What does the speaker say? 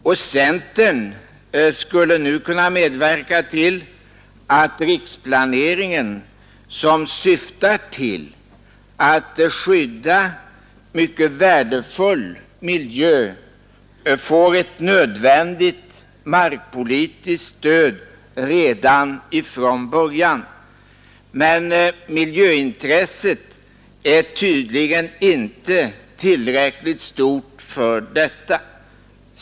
Och centern skulle nu kunna medverka till att riksplaneringen, som syftar till att skydda mycket värdefull miljö, får ett nödvändigt markpolitiskt stöd redan från början. Men miljöintresset är tydligen inte tillräckligt stort för detta.